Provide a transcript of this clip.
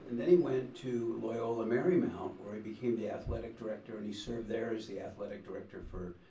and then he went to loyola marymount, where he became the athletic director, and he served there as the athletic director for.